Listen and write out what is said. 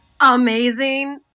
amazing